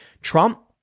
Trump